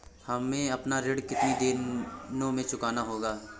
हमें अपना ऋण कितनी दिनों में चुकाना होगा?